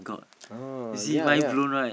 oh ya ya